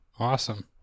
Awesome